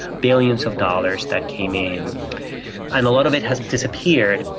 billions of dollars that came in, and a lot of it has disappeared.